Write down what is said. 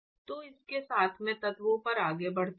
तो इसके साथ मैं तत्वों पर आगे बढ़ता हूं